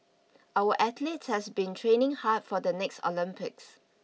our athletes have been training hard for the next Olympics